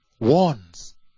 warns